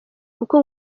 kuko